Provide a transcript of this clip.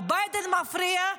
או שביידן מפריע.